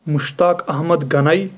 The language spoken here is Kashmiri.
مشتاق احمد گنایی